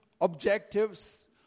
objectives